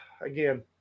again